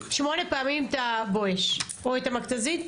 הפעלתם שמונה פעמים את ה"בואש" או את המכת"זית.